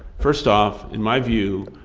first off, in my view,